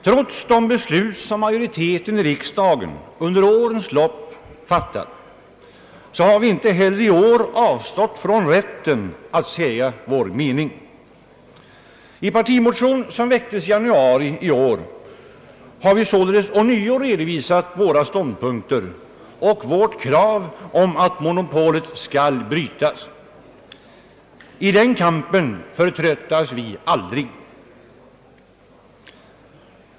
Trots de beslut som majoriteten i riksdagen under årens lopp fattat har vi inte heller i år avstått från rätten att säga vår mening utan i en partimotion, som väcktes i januari detta år, ånyo redovisat våra ståndpunkter och vårt krav att monopolet skall brytas. I den kampen förtröttas vi aldrig.